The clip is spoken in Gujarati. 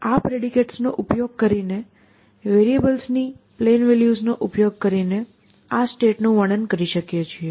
આપણે આ પ્રેડિકેટ્સનો ઉપયોગ કરીને વેરિયેબલ્સ ની પ્લેન વેલ્યુઝ નો ઉપયોગ કરીને આ સ્ટેટનું વર્ણન કરી શકીએ છીએ